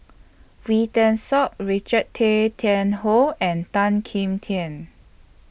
Wee Tan Siak Richard Tay Tian Hoe and Tan Kim Tian